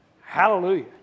Hallelujah